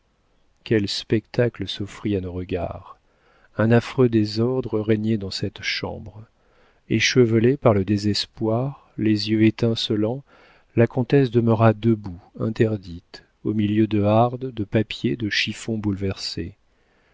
quel spectacle s'offrit à nos regards un affreux désordre régnait dans cette chambre échevelée par le désespoir les yeux étincelants la comtesse demeura debout interdite au milieu de hardes de papiers de chiffons bouleversés